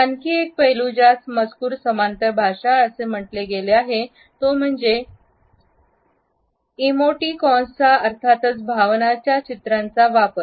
आणखी एक पैलू ज्यास मजकूर समांतर भाषा असे म्हटले गेले आहे तो म्हणजे इमोटिकॉन्सचा अर्थातच भावनांचा चित्रांचा वापर